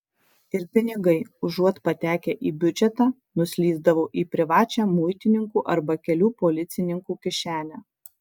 ir pinigai užuot patekę į biudžetą nuslysdavo į privačią muitininkų arba kelių policininkų kišenę